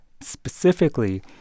specifically